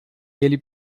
ele